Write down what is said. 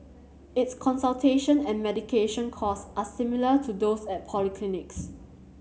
its consultation and medication cost are similar to those at polyclinics